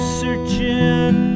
searching